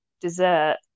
dessert